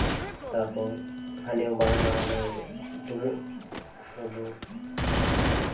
ᱛᱟᱨᱯᱚᱨ ᱦᱟᱰᱮ ᱵᱟᱝᱢᱟ ᱦᱟᱱᱮ ᱢᱤᱫᱦᱚᱲ